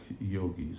yogis